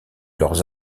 leurs